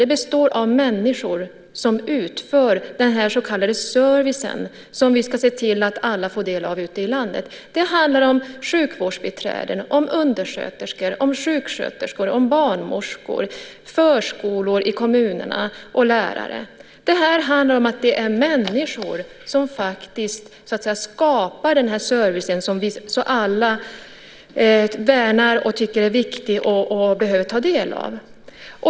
De består av människor som utför den så kallade service som vi ska se till att alla får del av ute i landet. Det handlar om sjukvårdsbiträden, undersköterskor, sjuksköterskor, barnmorskor, förskolepersonal i kommunerna och lärare. Det här handlar om att det faktiskt är människor som så att säga skapar den service som vi alla värnar, tycker är viktig och behöver ta del av.